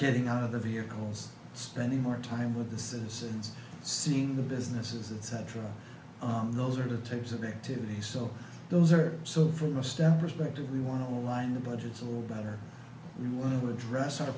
getting out of the vehicles spending more time with the citizens seeing the businesses etc those are the types of activities so those are so from a step perspective we want to align the budgets a little better we want to address our